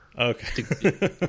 Okay